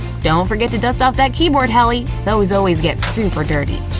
don't forget to dust off that keyboard, helly! those always get super dirty.